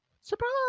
surprise